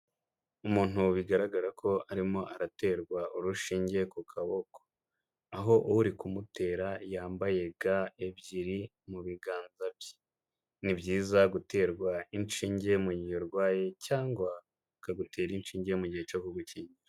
Umuntu bigaragara ko arimo araterwa urushinge ku kaboko, aho uri kumutera yambaye ga ebyiri mu biganza bye. Ni byiza guterwa inshinge mu gihe urwaye cyangwa bakagutera inshinge mu gihe cyo kugukingira.